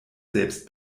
selbst